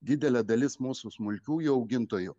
didelė dalis mūsų smulkiųjų augintojų